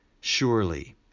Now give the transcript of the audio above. Surely